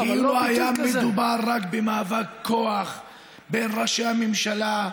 מה שעושה ראש הממשלה הזה,